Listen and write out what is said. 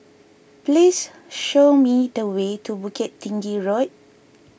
please show me the way to Bukit Tinggi Road